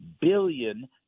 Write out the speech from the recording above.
billion